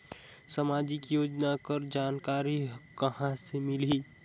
समाजिक योजना कर जानकारी कहाँ से मिलही?